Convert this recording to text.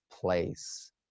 place